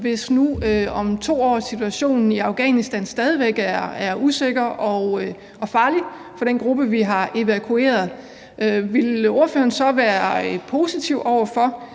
sig til, hvis situationen i Afghanistan om 2 år stadig væk er usikker og farlig for den gruppe, vi har evakueret? Ville ordføreren så være positiv over for,